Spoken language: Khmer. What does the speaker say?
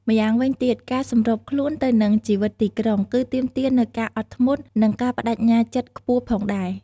ម្យ៉ាងវិញទៀតការសម្របខ្លួនទៅនឹងជីវិតទីក្រុង គឺទាមទារនូវការអត់ធ្មត់ និងការប្ដេជ្ញាចិត្តខ្ពស់ផងដែរ។